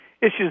issues